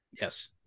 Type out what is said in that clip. Yes